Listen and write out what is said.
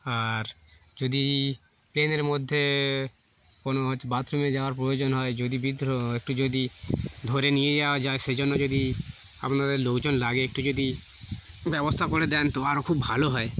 আর যদি প্লেনের মধ্যে কোনো হচ্ছে বাথরুমে যাওয়ার প্রয়োজন হয় যদি বিদ্রোহ একটু যদি ধরে নিয়ে যাওয়া যায় সেজন্য যদি আপনাদের লোকজন লাগে একটু যদি ব্যবস্থা করে দেন তো আরও খুব ভালো হয়